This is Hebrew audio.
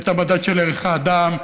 את המדד של ערך האדם,